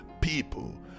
people